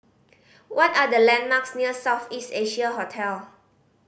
what are the landmarks near South East Asia Hotel